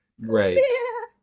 Right